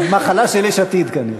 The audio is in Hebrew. זה מחלה של יש עתיד כנראה.